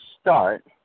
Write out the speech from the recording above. start